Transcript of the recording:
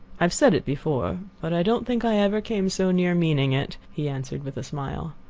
i have said it before, but i don't think i ever came so near meaning it, he answered with a smile.